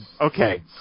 Okay